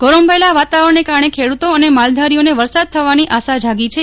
ગોરંભાયેલા વાતાવરણને કારણે ખેડૂતો અને માલધારીઓને વરસાદ થવાની આશા જાગી છે